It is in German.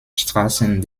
straßen